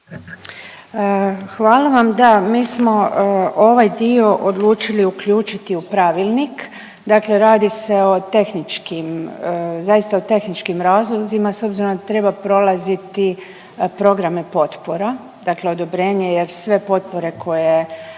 Hvala vam. Da, mi smo ovaj dio odlučili uključiti u pravilnik. Dakle, radi se o tehničkim, zaista o tehničkim razlozima s obzirom da treba prolaziti programe potpora, dakle odobrenje jer sve potpore koje